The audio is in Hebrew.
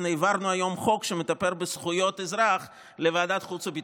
העברנו היום חוק שמטפל בזכויות אזרח לוועדת חוץ וביטחון,